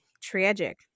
tragic